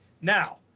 Now